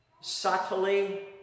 subtly